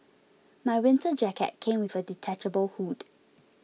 my winter jacket came with a detachable hood